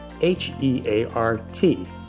h-e-a-r-t